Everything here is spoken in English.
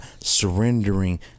surrendering